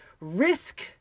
risk